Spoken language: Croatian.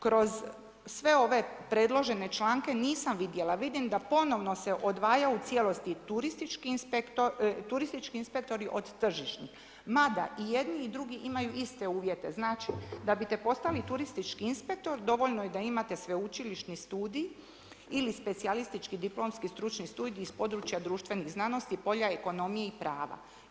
Kroz sve ove predložene članke nisam vidjela, vidim da ponovno se odvaja u cijelosti turistički inspektori od tržišnih, mada i jedni i drugi imaju iste uvijete, znači da biste postali turistički inspektor dovoljno je da imate sveučilišni studij, ili specijalistički diplomski stručni studij iz područja društvenih znanosti, polja ekonomije i prava.